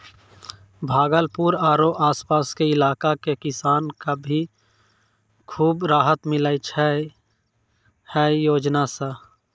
भागलपुर आरो आस पास के इलाका के किसान कॅ भी खूब राहत मिललो छै है योजना सॅ